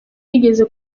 yigeze